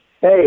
Hey